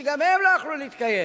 שגם הם לא יכלו להתקיים,